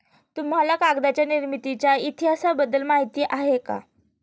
तुम्हाला कागदाच्या निर्मितीच्या इतिहासाबद्दल माहिती आहे का?